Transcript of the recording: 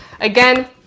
again